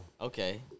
okay